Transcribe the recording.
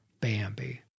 Bambi